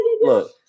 Look